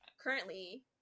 currently